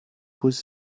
bus